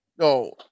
No